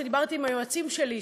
כשדיברתי עם היועצים שלי,